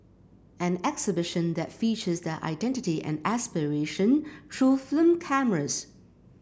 an exhibition that features their identity and aspiration through film cameras